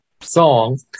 song